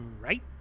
right